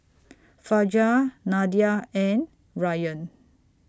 Fajar Nadia and Ryan